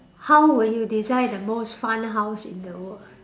how would you design the most fun house in the world